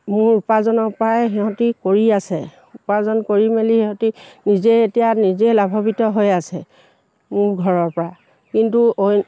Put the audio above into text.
মোৰ উপাৰ্জনৰ পৰাই সিহঁতে কৰি আছে উপাৰ্জন কৰি মেলি সিহঁতে নিজে এতিয়া নিজে লাভৱিত হৈ আছে মোৰ ঘৰৰ পৰা কিন্তু অইন